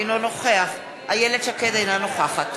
אינו נוכח איילת שקד, אינה נוכחת